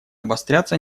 обостряться